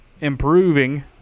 improving